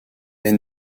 est